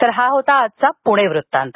तर हा होता आजचा पुणे वृत्तांत